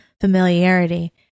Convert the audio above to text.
familiarity